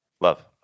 Love